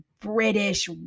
British